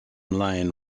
lane